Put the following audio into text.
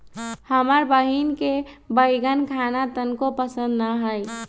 हमर बहिन के बईगन खाना तनको पसंद न हई